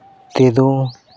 ᱛᱮᱫᱚ